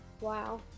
Wow